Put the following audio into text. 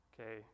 okay